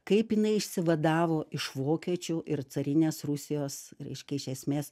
kaip jinai išsivadavo iš vokiečių ir carinės rusijos reiškia iš esmės